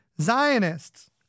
Zionists